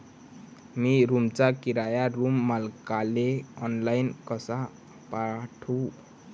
मी रूमचा किराया रूम मालकाले ऑनलाईन कसा पाठवू?